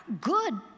good